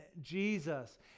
Jesus